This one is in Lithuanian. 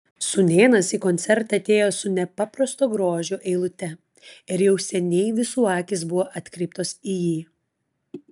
sūnėnas į koncertą atėjo su nepaprasto grožio eilute ir jau seniai visų akys buvo atkreiptos į jį